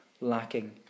lacking